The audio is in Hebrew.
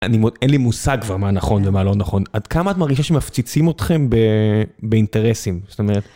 אני, אין לי מושג כבר מה נכון ומה לא נכון, עד כמה את מרגישה שמפציצים אתכם ב... באינטרסים? זאת אומרת